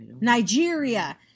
Nigeria